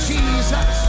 Jesus